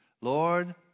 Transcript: Lord